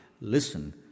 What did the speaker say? listen